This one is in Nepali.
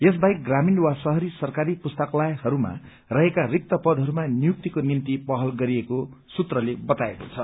यस बाहेक ग्रामीण वा शहरी सरकारी पुस्तकालयहरूमा रहेका रिक्त पदहरूमा नियुक्तिको निम्ति पहल गरिएको सूत्रले बताएको छ